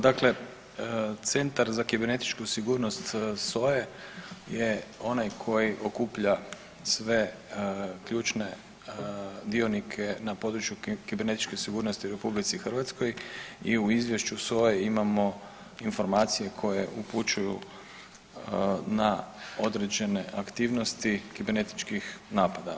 Dakle, Centar za kibernetičku sigurnost SOA-e je onaj koji okuplja sve ključne dionike na području kibernetičke sigurnosti u RH i u izvješću SOA-e imamo informacije koje upućuju na određene aktivnosti kibernetičkih napada.